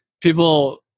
people